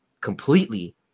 completely